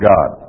God